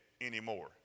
anymore